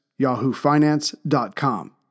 yahoofinance.com